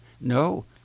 No